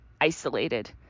isolated